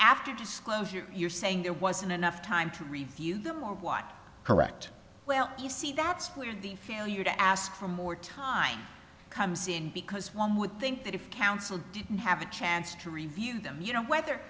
after disclosure you're saying there wasn't enough time to review them or watch correct well you see that's where the failure to ask for more time comes in because one would think that if counsel didn't have a chance to review them you know whether